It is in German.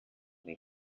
den